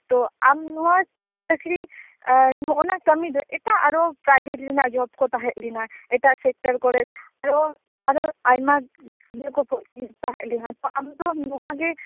ᱛᱚ ᱟᱢ ᱱᱚᱭᱟ ᱪᱟ ᱠᱨᱤ ᱱᱚᱜᱼᱚᱭ ᱱᱚᱣᱟ ᱠᱟ ᱢᱤ ᱫᱚ ᱮᱴᱟᱜ ᱟᱨᱚ ᱯᱨᱟᱭᱵᱷᱮᱴ ᱨᱮᱱᱟᱜ ᱡᱚᱵ ᱠᱚ ᱛᱟᱦᱮᱸᱜ ᱞᱮᱱᱟ ᱮᱴᱟᱜ ᱥᱮᱠᱴᱟᱨ ᱠᱚᱨᱮ ᱟᱨᱚ ᱟᱨᱚ ᱟᱭᱢᱟ ᱤᱭᱟ ᱠᱚᱠᱚ ᱛᱟᱦᱮᱸᱜ ᱞᱮᱱᱟ ᱛᱚ ᱟᱢᱫᱚ ᱱᱚᱭᱟ ᱜᱮ